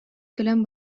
кэлэн